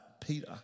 Peter